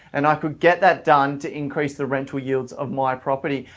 and i could get that done to increase the rental yield of my property'.